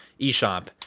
eShop